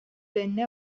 venne